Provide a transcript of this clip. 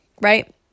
right